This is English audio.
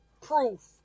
proof